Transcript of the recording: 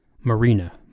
Marina